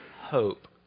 hope